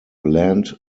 land